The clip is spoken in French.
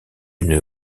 une